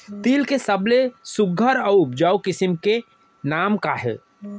तिलि के सबले सुघ्घर अऊ उपजाऊ किसिम के नाम का हे?